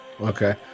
okay